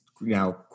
now